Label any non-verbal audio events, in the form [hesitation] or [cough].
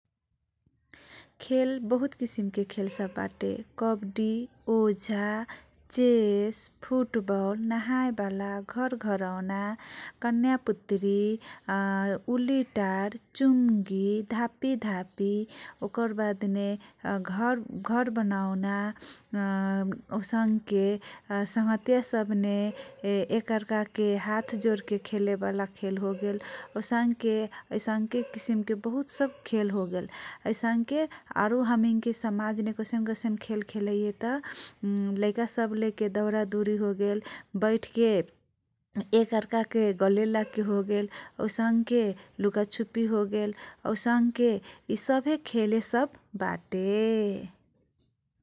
खेल बहुत किसिमके [noise] खेल सबबाटे कबडी, ओझा, चेस, फूटबल, नहायबाला, घरघरवना, कन्यापुतरी, [hesitation] उलीटार, चुङगी, धापीधापी, ओकर बादने [hesitation] औसँके संहतिया सबने एक अर्कोके हातजोरके खेलेबाला खेल होगेल । औसँके औसँके किसिमके बहुत सब खेल होगेल । आईसँके आरु हमैनके समाजमे कैसन कैसन खेल खेलैये तह [hesitation] लैका सबके दाउरा दौरी होगेल । बैठके एक अर्कोके गलेलागके होगल औसँके लुका छुपी हो गेल औसँके इसभे खेले सब बाटे ।